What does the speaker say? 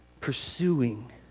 pursuing